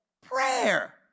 Prayer